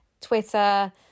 Twitter